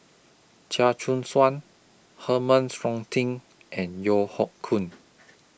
Chia Choo Suan Herman and Yeo Hoe Koon